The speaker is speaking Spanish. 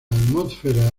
atmósfera